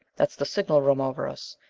that's the signal room over us.